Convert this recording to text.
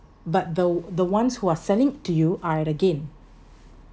but the the ones who are selling to you are at the gain